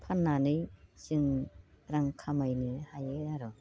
फाननानै जों रां खामायनो हायो आरो